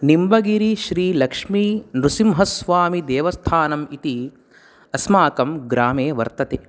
निम्बगिरिश्रीलक्ष्मीनृसिंहस्वामिदेवस्थानम् इति अस्माकं ग्रामे वर्तते